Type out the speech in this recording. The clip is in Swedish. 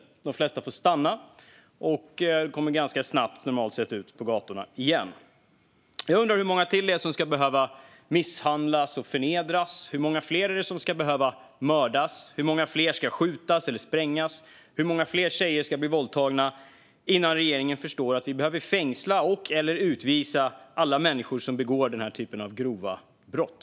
De flesta får stanna och kommer normalt sett ganska snabbt ut på gatorna igen. Jag undrar hur många fler som ska behöva misshandlas och förnedras, hur många fler som ska behöva mördas, skjutas eller sprängas och hur många fler tjejer som ska bli våldtagna innan regeringen förstår att vi behöver fängsla och eller utvisa alla människor som begår den här typen av grova brott.